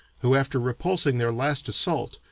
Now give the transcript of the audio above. who after repulsing their last assault,